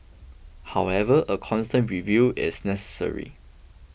however a constant review is necessary